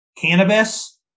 cannabis